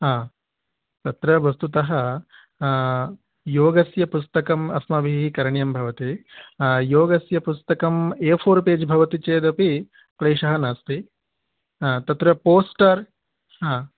हा तत्र वस्तुतः योगस्य पुस्तकम् अस्माभिः करणीयं भवति योगस्य पुस्तकम् एफ़ोर् पेज् भवति चेदपि क्लेशः नास्ति तत्र पोस्टर् हा